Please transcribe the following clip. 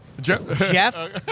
Jeff